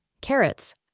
carrots